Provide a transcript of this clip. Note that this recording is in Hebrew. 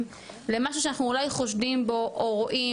למשהו שאנחנו אולי חושדים בו או רואים,